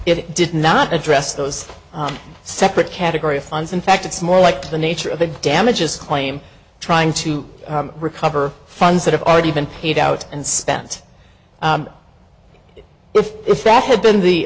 it did not address those separate category of funds in fact it's more like the nature of the damages claim trying to recover funds that have already been paid out and spent if if that had been the